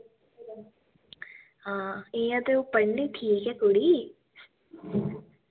हां इ'यां ते ओह् पढ़ने ठीक ऐ कुड़ी